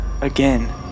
again